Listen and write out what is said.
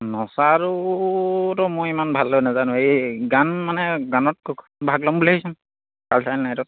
নচাটোতো মই ইমান ভালদৰে নাজানো এই গান মানে গানত ভাগ ল'ম বুলি ভাবিছোঁ কালচাৰেল নাইটত